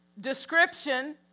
description